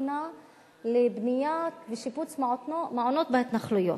הופנה לבנייה ושיפוץ של מעונות בהתנחלויות,